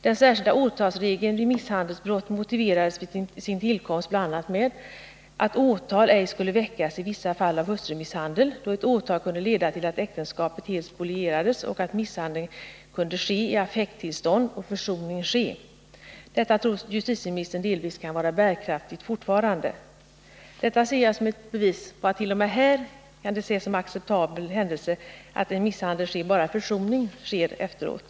Den särskilda regeln om åtal vid misshandelsbrott motiverades vid sin tillkomst bl.a. med att åtal ej skulle väckas i vissa fall av hustrumisshandel, eftersom ett åtal kunde leda till att äktenskapet helt spolierades, liksom med att misshandel kunde ske i affekttillstånd och att försoning kunde ske efteråt. Justitieministern tror att detta delvis kan vara bärkraftigt fortfarande. Det ser jag som ett bevis för att det t.o.m. här kan ses som en acceptabel händelse att misshandel sker, bara försoning sker efteråt.